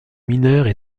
mineures